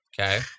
Okay